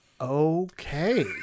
Okay